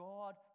God